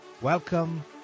welcome